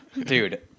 dude